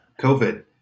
COVID